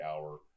hour